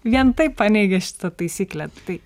vien tai paneigė šitą taisyklę tai